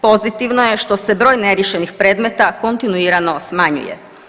Pozitivno je što se broj neriješenih predmeta kontinuirano smanjuje.